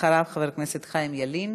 אחריו, חבר הכנסת חיים ילין.